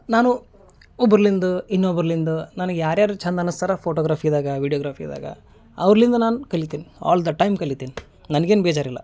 ನಾನೂ ಒಬ್ರಲ್ಲಿಂದ ಇನ್ನೊಬ್ರಲ್ಲಿಂದ ನನ್ಗ್ ಯಾರ್ಯಾರು ಛಂದ ಅನಿಸ್ತರೋ ಫೋಟೋಗ್ರಾಫಿದಾಗ ವೀಡಿಯೋಗ್ರಾಫಿದಾಗ ಅವ್ರ್ಲಿಂದ ನಾನು ಕಲಿನಿತೀ ಆಲ್ ದ ಟೈಮ್ ಕಲಿತೀನಿ ನನ್ಗೇನು ಬೇಜಾರಿಲ್ಲ